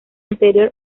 anterior